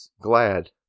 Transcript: Glad